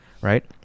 right